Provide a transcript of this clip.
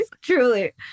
Truly